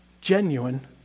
genuine